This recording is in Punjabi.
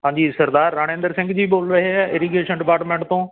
ਹਾਂਜੀ ਸਰਦਾਰ ਰਣਇੰਦਰ ਸਿੰਘ ਜੀ ਬੋਲ ਰਹੇ ਆ ਇਰੀਗੇਸ਼ਨ ਡਿਪਾਰਟਮੈਂਟ ਤੋਂ